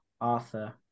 Arthur